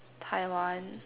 Taiwan